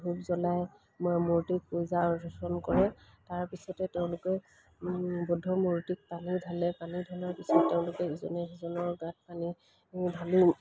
ধূপ জ্বলাই মূৰ্তিক পূজা অৰ্চন কৰে তাৰপিছতে তেওঁলোকে বৌদ্ধ মূৰ্তিক পানী ঢালে পানী ঢলাৰ পিছত তেওঁলোকে ইজনে সিজনৰ গাঁত পানী ঢালি